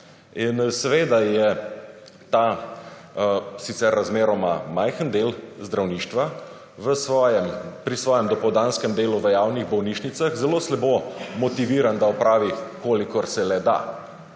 In seveda je ta sicer razmeroma majhen del zdravništva pri svojem dopoldanskem delu v javnih bolnišnicah zelo slabo motiviran, da opravi kolikor se le da.